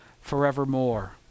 forevermore